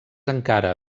encara